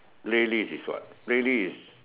playlist is what playlist